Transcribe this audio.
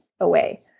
away